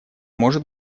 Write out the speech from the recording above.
может